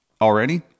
Already